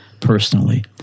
personally